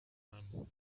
him